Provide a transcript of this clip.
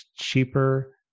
cheaper